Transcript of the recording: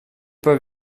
pas